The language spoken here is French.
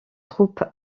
troupes